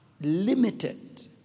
limited